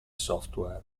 software